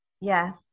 Yes